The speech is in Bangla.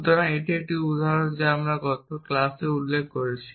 সুতরাং এটি একটি উদাহরণ যা আমরা গত ক্লাসে উল্লেখ করেছি